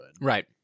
Right